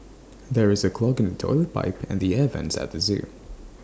there is A clog in the Toilet Pipe and the air Vents at the Zoo